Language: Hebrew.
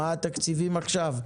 מה הם התקציבים עכשיו,